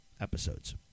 episodes